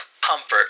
comfort